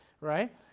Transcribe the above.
right